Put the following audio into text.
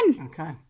Okay